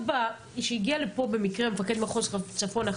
כשהגיע לפה במקרה מפקד מחוז צפון,